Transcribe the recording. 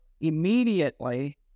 immediately